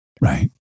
right